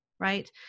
Right